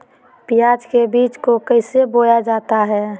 प्याज के बीज को कैसे बोया जाता है?